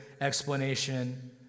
explanation